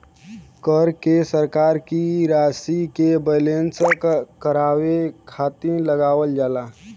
कर के सरकार की रशी के बैलेन्स करे बदे लगावल जाला